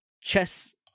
chess